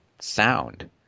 sound